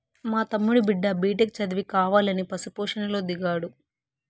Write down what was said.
మా తమ్ముడి బిడ్డ బిటెక్ చదివి కావాలని పశు పోషణలో దిగాడు